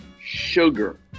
sugar